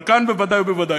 אבל כאן בוודאי ובוודאי.